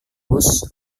bus